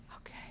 Okay